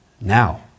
Now